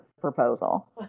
proposal